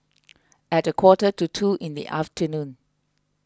at a quarter to two in the afternoon